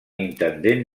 intendent